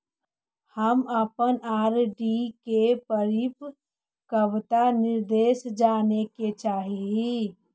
हम अपन आर.डी के परिपक्वता निर्देश जाने के चाह ही